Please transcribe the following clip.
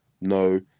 no